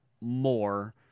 more